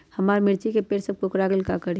हमारा मिर्ची के पेड़ सब कोकरा गेल का करी?